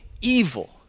evil